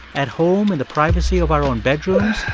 at home in the privacy of our own bedrooms